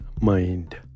mind